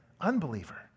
unbeliever